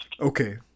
okay